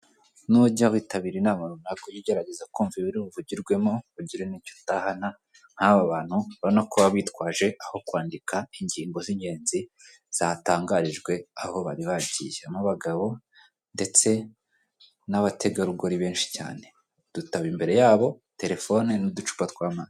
Nujya witabira inama runaka ujy'ujyerageza kumva ibiri buvugirwemo ugira n'icyo utahana ,nk'aba bantu urabona ko baba bitwaje aho kwandika ingingo z'ingenzi zatangarijwe aho bari bagiye. harimo abagabo ndetse n'abategarugori benshi cyane n'udutabo imbere yabo, terefone n'uducupa tw'amazi.